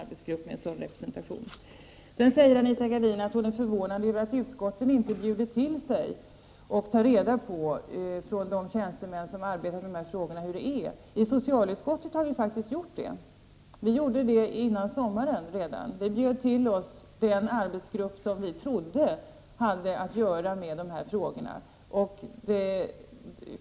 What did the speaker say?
24 november 1989 Sedan säger Anita Gradin att hon är förvånad över att utskotten inte bju = Zn der till sig folk från arbetsgrupperna och tar reda på av de tjänstemän som arbetar med frågorna hur det är. I socialutskottet har vi faktiskt gjort det. Vi gjorde det före sommaren. Vi bjöd in den arbetsgrupp som vi trodde hade att göra med de socialpolitiska frågorna.